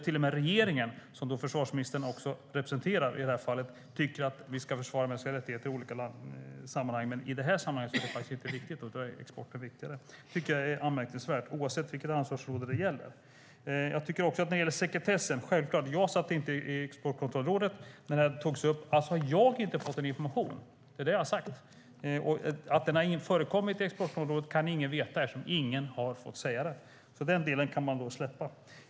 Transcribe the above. Till och med regeringen, som försvarsministern representerar i det här fallet, tycker att vi ska försvara mänskliga rättigheter i olika sammanhang, men i det här sammanhanget är det inte viktigt utan exporten är viktigare. Det tycker jag är anmärkningsvärt, oavsett vilket ansvarsområde det gäller. När det gäller sekretessen satt jag inte i Exportkontrollrådet när det här togs upp. Alltså har jag inte fått någon information. Att frågan har förekommit i Exportkontrollrådet kan ingen veta eftersom ingen har fått säga det, så den delen kan vi släppa.